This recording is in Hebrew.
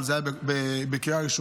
אבל זה היה בקריאה ראשונה.